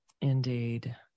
indeed